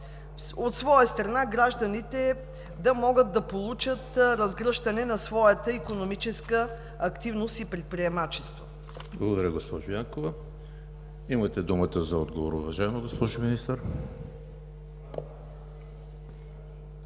от своя страна гражданите да могат да получат разгръщане на своята икономическа активност и предприемачество? ПРЕДСЕДАТЕЛ ЕМИЛ ХРИСТОВ: Благодаря, госпожо Янкова. Имате думата за отговор, уважаема госпожо Министър.